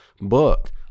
book